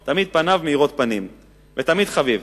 הוא תמיד מאיר פנים והוא תמיד חמים.